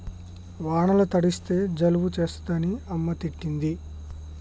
వానల తడిస్తే జలుబు చేస్తదని అమ్మ తిట్టింది